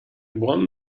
one